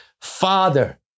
Father